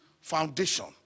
foundation